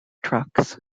trucks